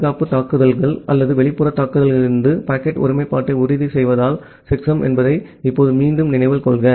பாதுகாப்பு தாக்குதல்கள் அல்லது வெளிப்புற தாக்குதல்களிலிருந்து பாக்கெட் ஒருமைப்பாட்டை உறுதி செய்வதல்ல செக்சம் என்பதை இப்போது மீண்டும் நினைவில் கொள்க